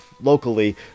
locally